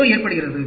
ஏதோ ஏற்படுகிறது